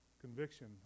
Conviction